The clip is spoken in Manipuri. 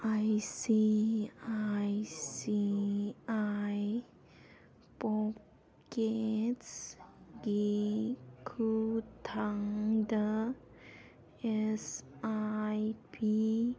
I C I C I ꯄꯣꯛꯀꯦꯠꯁꯒꯤ ꯈꯨꯊꯥꯡꯗ ꯑꯦꯁ ꯑꯥꯏ ꯄꯤ